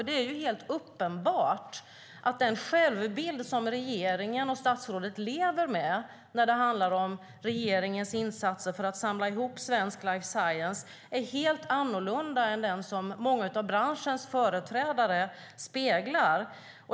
Det är helt uppenbart att den bild som regeringen och statsrådet lever med när det handlar om regeringens insatser för att samla ihop svensk life science är en helt annan än den som många av branschens företrädare har.